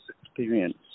experience